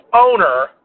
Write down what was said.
owner